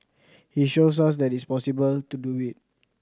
he shows us that it is possible to do it